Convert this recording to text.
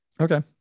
Okay